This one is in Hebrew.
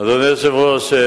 אדוני היושב-ראש,